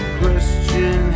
question